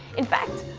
in fact,